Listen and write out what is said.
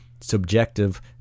subjective